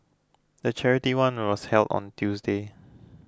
the charity run was held on Tuesday